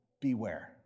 Beware